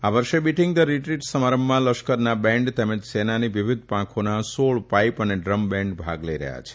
આ વર્ષે beating the retreat સમારંભમાં લશ્કરના પંદર બેંડ તેમજ સેનાની વિવિધ પાંખોના સોળ પાઇપ અને ડ્રમ બેંડ ભાગ લઇ રહયાં છે